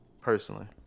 personally